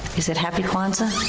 is it happy kwanzaa?